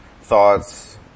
thoughts